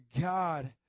God